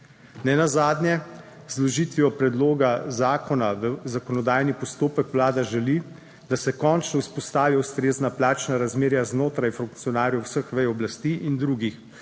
Nenazadnje z vložitvijo predloga zakona v zakonodajni postopek Vlada želi, da se končno vzpostavi ustrezna plačna razmerja znotraj funkcionarjev vseh vej oblasti in drugih